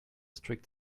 strict